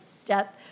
step